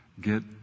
Get